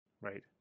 Right